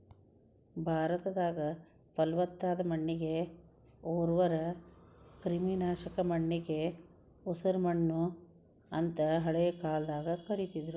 ಭಾರತದಾಗ, ಪಲವತ್ತಾದ ಮಣ್ಣಿಗೆ ಉರ್ವರ, ಕ್ರಿಮಿನಾಶಕ ಮಣ್ಣಿಗೆ ಉಸರಮಣ್ಣು ಅಂತ ಹಳೆ ಕಾಲದಾಗ ಕರೇತಿದ್ರು